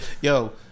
Yo